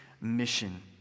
mission